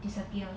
disappear